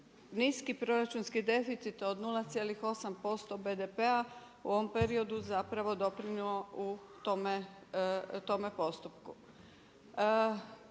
niski proračunski deficit od 0,8% BDP-a u ovom periodu doprinijelo u tome postupku.